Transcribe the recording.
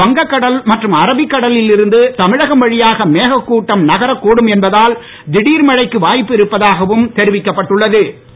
வங்ககடல் மற்றும் அரபிக் கடலில் இருந்து தமிழகம் வழியாக மேக கூட்டம் நகரக் கூடும் என்பதால் திடீர் மழைக்கு வாய்ப்பு இருப்பதாகவும் தெரிவிக்கப்பட்டுள்ள து